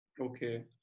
Okay